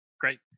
Great